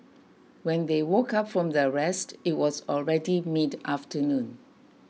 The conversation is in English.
when they woke up from their rest it was already mid afternoon